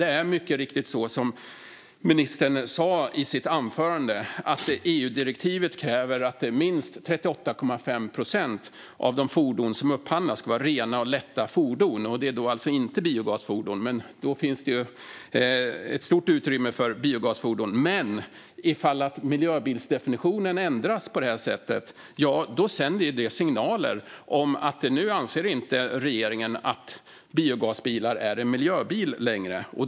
Det är mycket riktigt som ministern sa i sitt anförande, nämligen att EU-direktivet kräver att minst 38,5 procent av de fordon som upphandlas ska vara rena och lätta fordon. Det är inte biogasfordon. Då finns ett stort utrymme för biogasfordon. Men om miljöbilsdefinitionen ändras sänder det signaler om att regeringen inte längre anser att biogasbilen är en miljöbil.